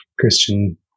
Christian